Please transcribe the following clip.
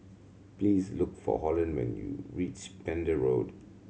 please look for Holland when you reach Pender Road